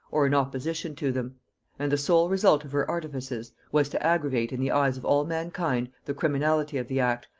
or in opposition to them and the sole result of her artifices was to aggravate in the eyes of all mankind the criminality of the act,